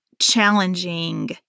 challenging